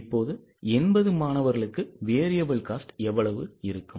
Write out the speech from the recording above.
இப்போது 80 மாணவர்களுக்கு variable cost எவ்வளவு இருக்கும்